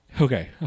Okay